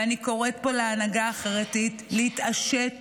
אני קוראת פה להנהגה החרדית להתעשת